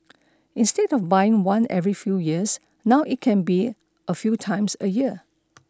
instead of buying one every few years now it can be a few times in a year